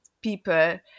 people